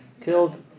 killed